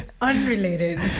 unrelated